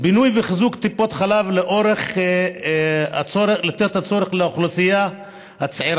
בינוי וחיזוק טיפות חלב לאור הצורך לתת הצורך של האוכלוסייה הצעירה,